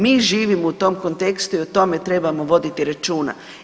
Mi živimo u tom kontekstu i o tome trebamo voditi računa.